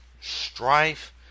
strife